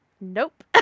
nope